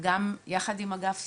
גם יחד עם אגף זה"ב,